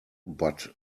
but